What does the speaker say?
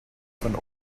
von